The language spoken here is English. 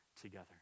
together